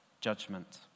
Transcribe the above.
judgment